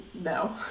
no